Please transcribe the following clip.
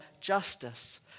justice